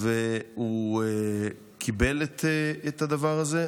והוא קיבל את הדבר הזה,